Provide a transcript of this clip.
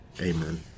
Amen